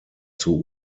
zur